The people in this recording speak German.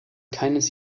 keines